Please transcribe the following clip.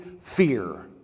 fear